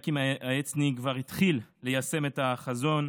אליקים העצני כבר התחיל ליישם את החזון.